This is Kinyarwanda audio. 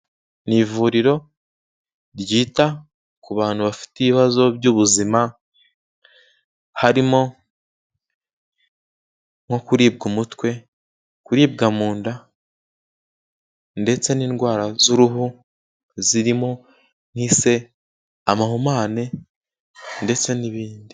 Ni ivuriro ryita ku bantu bafite ibibazo by'ubuzima harimo nko kuribwa umutwe, kuribwa mu nda ndetse n'indwara z'uruhu zirimo nk'ise, amahumane ndetse n'ibindi.